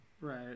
Right